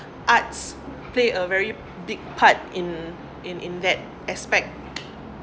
arts play a very big part in in in that aspect